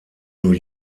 new